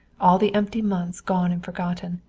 all the empty months gone and forgotten.